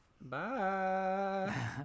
Bye